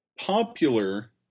popular